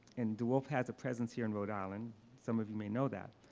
and de woolf has a presence here in rhode island some of you may know that.